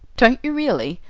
don't you really?